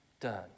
done